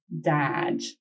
dad